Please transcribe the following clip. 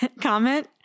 comment